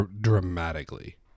dramatically